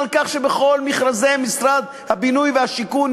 על כך שבכל מכרזי משרד הבינוי והשיכון,